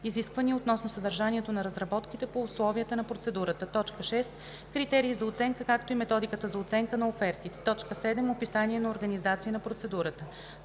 изисквания относно съдържанието на разработките по условията на процедурата; 6. критерии за оценка, както и методиката за оценка на офертите 7. описание на организация на процедурата;